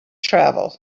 travel